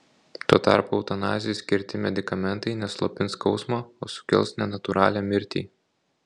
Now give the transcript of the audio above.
tuo tarpu eutanazijai skirti medikamentai ne slopins skausmą o sukels nenatūralią mirtį